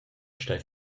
stai